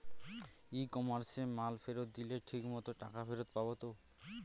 ই কমার্সে মাল ফেরত দিলে ঠিক মতো টাকা ফেরত পাব তো?